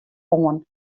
oan